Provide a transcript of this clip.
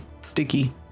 sticky